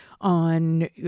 on